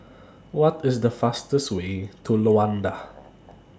What IS The fastest Way to Luanda